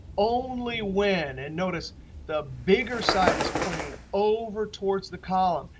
only when and notice the bigger side is pointing over towards the column.